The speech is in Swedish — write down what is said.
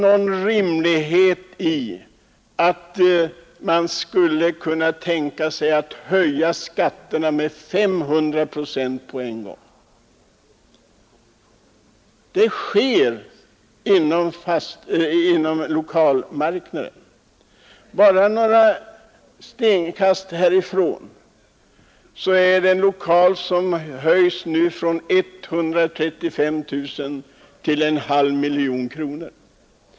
Vore det på något sätt rimligt att höja skatterna med 500 procent på en gång? Det är vad som sker på lokalmarknaden. Bara några stenkast härifrån finns det en lokal, vars hyra höjs från 135 000 till en halv miljon kronor.